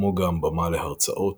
כמו גם במה להרצאות,